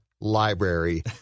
Library